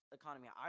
economy